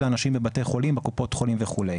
אנשים בבתי חולים בקופות חולים וכו'.